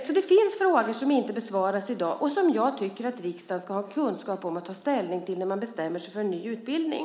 Så det finns frågor som inte besvaras i dag och som jag tycker att riksdagen ska ha kunskap om för att kunna ta ställning när man bestämmer sig för en ny utbildning.